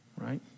right